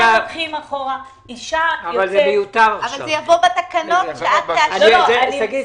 זה יבוא בתקנות שאת תאשרי.